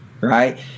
Right